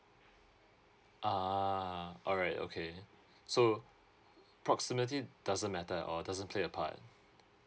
ah alright okay so proximity doesn't matter or doesn't play a part